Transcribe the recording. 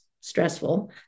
stressful